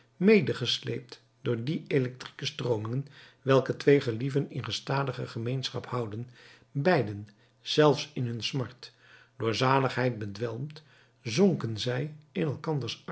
medegesleept door die electrieke stroomingen welke twee gelieven in gestadige gemeenschap houden beiden zelfs in hun smart door zaligheid bedwelmd zonken zij in elkanders